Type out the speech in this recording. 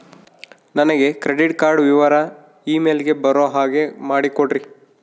ನನಗೆ credit card ವಿವರ email ಗೆ ಬರೋ ಹಾಗೆ ಮಾಡಿಕೊಡ್ರಿ?